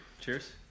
cheers